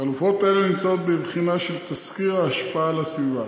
חלופות אלו נמצאות בבחינה של תסקיר ההשפעה על הסביבה.